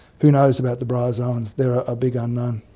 who knows about the bryozoans, they're a big unknown.